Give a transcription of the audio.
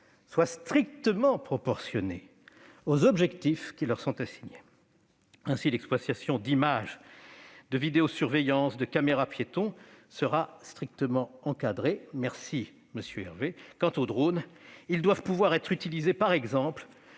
soient strictement proportionnés aux objectifs qui leur sont assignés. Ainsi l'exploitation d'images de vidéosurveillance ou de caméras-piétons sera-t-elle strictement encadrée- merci, monsieur Hervé ! Quant aux drones, ils doivent pouvoir être utilisés, par exemple,